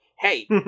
hey